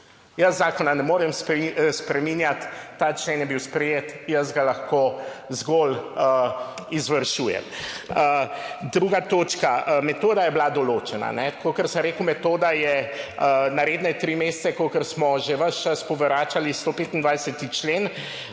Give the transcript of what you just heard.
Jaz zakona ne morem spreminjati, ta člen je bil sprejet, jaz ga lahko zgolj izvršujem. Druga točka, metoda je bila določena. Tako kot sem rekel, metoda je redna na tri mesece, kolikor smo že ves čas povračali 125. člen.